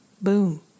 Boom